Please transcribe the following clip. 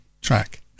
track